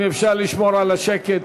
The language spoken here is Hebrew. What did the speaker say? אם אפשר לשמור על השקט.